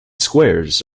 squares